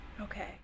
Okay